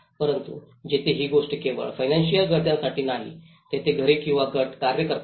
परंतु येथे ही गोष्ट केवळ फीनंसिअल गरजांसाठी नाही जेथे घरे किंवा गट कार्य करतात